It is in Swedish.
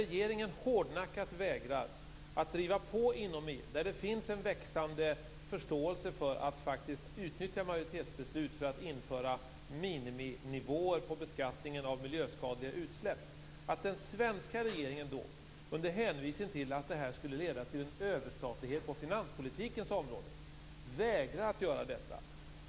Regeringen vägrar hårdnackat att driva på frågan inom EU, där det nu finns en växande förståelse för att faktiskt utnyttja majoritetsbeslut för att införa miniminivåer på beskattningen av miljöskadliga utsläpp. Men den svenska regeringen, under hänvisning till att det här skulle leda till en överstatlighet på finanspolitikens område vägrar att göra detta.